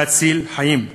להציל חיים.